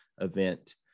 event